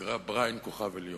הוא נקרא "בריאן כוכב עליון".